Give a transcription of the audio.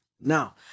Now